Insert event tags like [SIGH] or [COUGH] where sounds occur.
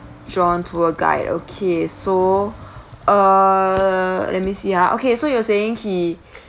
john tour guide okay so [BREATH] uh let me see ah okay so you are saying he [BREATH]